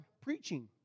preaching